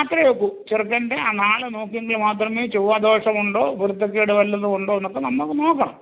മാത്രമേ ഒക്കൂ ചെറുക്കൻ്റെ ആ നാൾ നോക്കിയെങ്കിൽ മാത്രമേ ചൊവ്വാദോഷം ഉണ്ടോ പൊരുത്തക്കേട് വല്ലതും ഉണ്ടോ എന്നൊക്കെ നമുക്ക് നോക്കണം